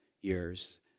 years